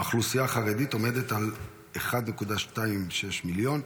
האוכלוסייה החרדית עומדת על 1.26 מיליון,